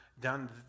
done